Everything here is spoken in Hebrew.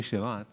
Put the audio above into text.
מי שרץ